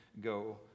go